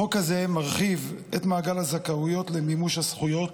החוק הזה מרחיב את מעגל הזכאויות למימוש הזכויות